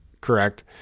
correct